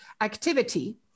activity